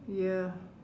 ya